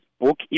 Book